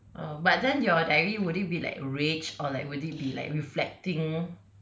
err but then your diary would it be like rage or like would it be like reflecting